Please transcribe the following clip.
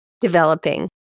developing